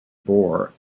bore